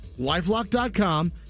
lifelock.com